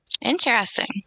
Interesting